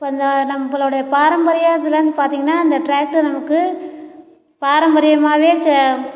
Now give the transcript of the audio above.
இப்போ அந்த நம்பளுடைய பாரம்பரியத்துலேருந்து பார்த்திங்கனா இந்த டிராக்டர் நமக்கு பாரம்பரியமாகவே ச்ச